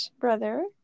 brother